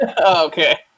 Okay